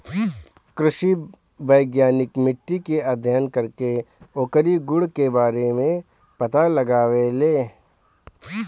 कृषि वैज्ञानिक मिट्टी के अध्ययन करके ओकरी गुण के बारे में पता लगावेलें